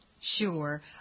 Sure